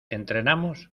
entrenamos